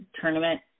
tournament